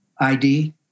ID